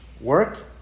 work